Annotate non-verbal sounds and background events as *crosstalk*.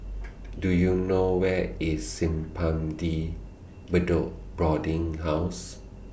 *noise* Do YOU know Where IS Simpang De Bedok Boarding House